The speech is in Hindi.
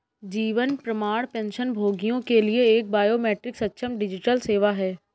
जीवन प्रमाण पेंशनभोगियों के लिए एक बायोमेट्रिक सक्षम डिजिटल सेवा है